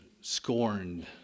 scorned